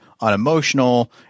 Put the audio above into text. unemotional